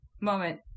moment